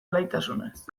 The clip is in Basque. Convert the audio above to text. alaitasunez